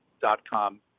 dot-com